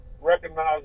recognize